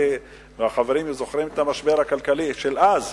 אנחנו זוכרים את המשבר הכלכלי של שנות ה-80,